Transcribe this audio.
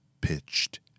pitched